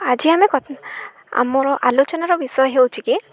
ଆଜି ଆମେ ଆମର ଆଲୋଚନାର ବିଷୟ ହେଉଛି କି